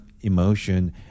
emotion